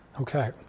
Okay